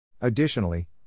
Additionally